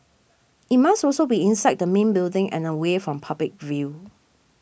it must also be inside the main building and away from public view